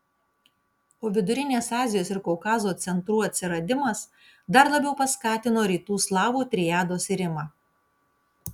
o vidurinės azijos ir kaukazo centrų atsiradimas dar labiau paskatino rytų slavų triados irimą